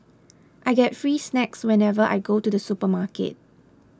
I get free snacks whenever I go to the supermarket